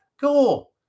Cool